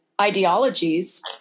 ideologies